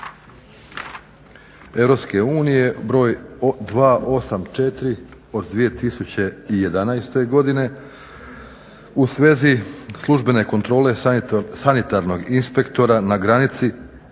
uredbe EU broj 284 od 2011. godine u svezi službene kontrole sanitarnog inspektora na granici